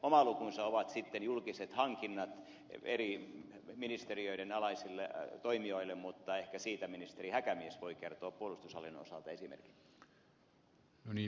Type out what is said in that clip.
oma lukunsa ovat sitten julkiset hankinnat eri ministeriöiden alaisille toimijoille mutta ehkä siitä ministeri häkämies voi kertoa puolustushallinnon osalta esimerkin